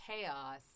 chaos